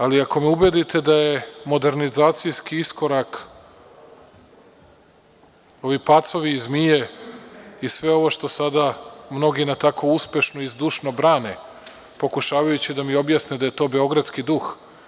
Ali, ako me ubedite da je modernizacijski iskorak ovi pacovi i zmije i sve ovo što sada mnogi tako uspešno i zdušno brane, pokušavajući da mi objasne da je to beogradski duh.